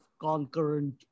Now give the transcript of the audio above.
concurrent